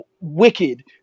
wicked